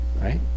right